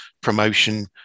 promotion